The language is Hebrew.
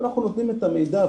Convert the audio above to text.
ואנחנו נותנים את המידע.